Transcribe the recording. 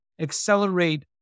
accelerate